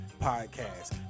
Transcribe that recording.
Podcast